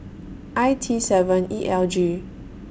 I T seven E L G